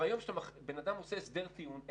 בן אדם עושה הסדר טיעון,